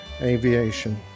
Aviation